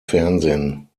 fernsehen